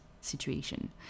situation